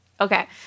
Okay